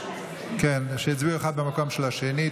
כן, הצביעו אחד במקום של השני.